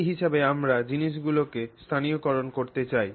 সেই হিসাবে আমরা জিনিসগুলিকে স্থানীয়করণ করতে চাই